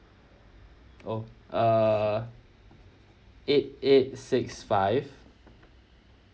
oh err eight eight six five